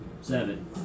Seven